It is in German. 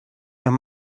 wenn